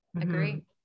agree